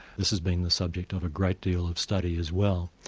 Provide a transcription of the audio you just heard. this has been the subject of a great deal of study as well.